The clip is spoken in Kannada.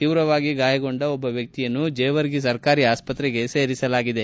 ತೀವ್ರವಾಗಿ ಗಾಯಗೊಂಡ ಒಬ್ಬ ವ್ಯಕ್ತಿಯನ್ನು ಜೇವರ್ಗಿ ಸರ್ಕಾರಿ ಆಸ್ಪತ್ರೆಗೆ ಸೇರಿಸಲಾಗಿದೆ